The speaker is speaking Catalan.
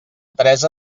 teresa